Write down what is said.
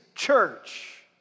Church